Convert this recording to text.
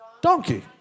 donkey